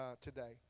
today